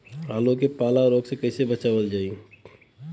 आलू के पाला रोग से कईसे बचावल जाई?